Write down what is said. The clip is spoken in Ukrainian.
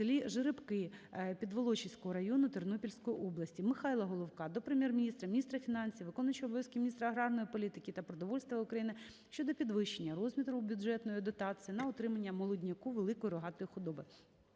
селі Жеребки Підволочиського району Тернопільської області. Михайла Головка до Прем'єр-міністра, міністра фінансів, виконуючого обов’язки міністра аграрної політики та продовольства України щодо підвищення розміру бюджетної дотації на утримання молодняку великої рогатої худоби.